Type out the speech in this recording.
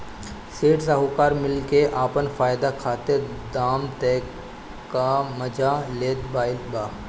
सेठ साहूकार मिल के आपन फायदा खातिर दाम तय क के मजा लेत आइल बा